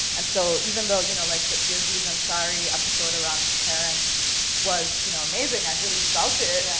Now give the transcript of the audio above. and so, even though, you know, like the aziz ansari's episode around parents was, you know, amazing. i really felt it. yeah.